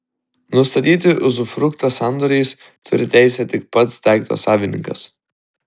nustatyti uzufruktą sandoriais turi teisę tik pats daikto savininkas